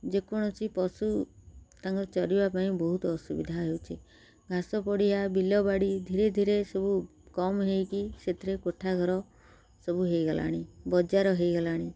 ଯେକୌଣସି ପଶୁ ତାଙ୍କର ଚରିବା ପାଇଁ ବହୁତ ଅସୁବିଧା ହେଉଛି ଘାସ ପଡ଼ିଆ ବିଲବାଡ଼ି ଧୀରେ ଧୀରେ ସବୁ କମ୍ ହେଇକି ସେଥିରେ କୋଠା ଘର ସବୁ ହେଇଗଲାଣି ବଜାର ହେଇଗଲାଣି